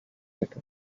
better